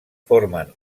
formen